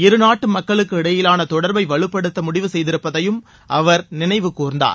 இருநாட்டு மக்களுக்கு இடையிலான தொடர்பை வலுப்படுத்த முடிவு செய்திருப்பதையும் அவர் நினைவு கூர்ந்தார்